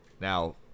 Now